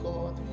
God